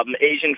Asian